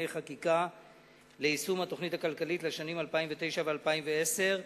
חקיקה ליישום התוכנית הכלכלית לשנים 2009 ו-2010),